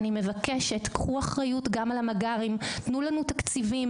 אני מבקשם מכם שתיקחו אחריות גם על המג״רים ותיתנו לנו תקציבים.